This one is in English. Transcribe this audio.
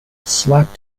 slapped